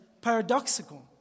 paradoxical